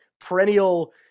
perennial